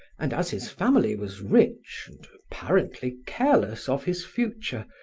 and as his family was rich and apparently careless of his future,